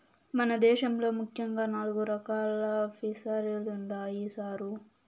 మన దేశంలో ముఖ్యంగా నాలుగు రకాలు ఫిసరీలుండాయి సారు